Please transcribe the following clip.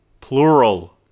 plural